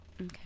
Okay